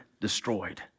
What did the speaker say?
destroyed